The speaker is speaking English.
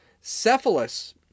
Cephalus